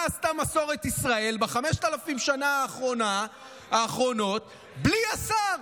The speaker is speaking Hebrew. מה עשתה מסורת ישראל בחמשת אלפים השנים האחרונות בלי השר?